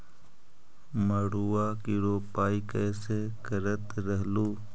मड़उआ की रोपाई कैसे करत रहलू?